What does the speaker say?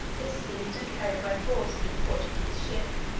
is seized and carried by force into a portuguese ship.